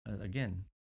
Again